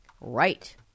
right